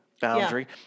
Boundary